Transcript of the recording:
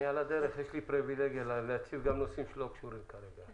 על הדרך יש לי פריבילגיה להציב גם נושאים שלא קשורים כרגע.